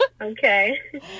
Okay